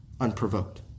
unprovoked